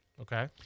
Okay